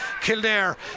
Kildare